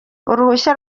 uruhushya